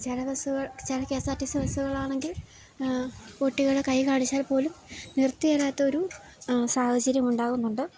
ചില ബസുകൾ ചില K S R T C ബസുകൾ ആണെങ്കിൽ കുട്ടികൾ കൈകാണിച്ചാൽ പോലും നിർത്താത്ത ഒരു സാഹചര്യം ഉണ്ടാകുന്നുണ്ട്